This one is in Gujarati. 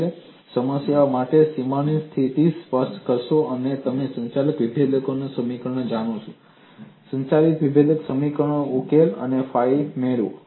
આપેલ સમસ્યા માટે સીમાની સ્થિતિ સ્પષ્ટ કરો અને તમે સંચાલક વિભેદક સમીકરણ જાણો છો સંચાલિત વિભેદક સમીકરણ ઉકેલો અને ફાઈ મેળવો